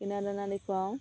কিনা দানা দি খুৱাওঁ